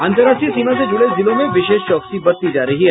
अंतर्राष्ट्रीय सीमा से जुड़े जिलों में विशेष चौकसी बरती जा रही है